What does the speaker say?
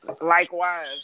Likewise